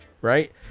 right